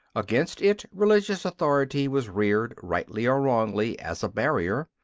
against it religious authority was reared, rightly or wrongly, as a barrier.